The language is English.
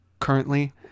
currently